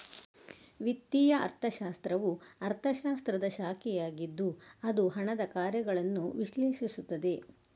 ವಿತ್ತೀಯ ಅರ್ಥಶಾಸ್ತ್ರವು ಅರ್ಥಶಾಸ್ತ್ರದ ಶಾಖೆಯಾಗಿದ್ದು ಅದು ಹಣದ ಕಾರ್ಯಗಳನ್ನು ವಿಶ್ಲೇಷಿಸುತ್ತದೆ